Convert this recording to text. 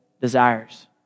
desires